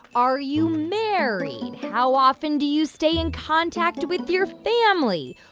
are you married? how often do you stay in contact with your family?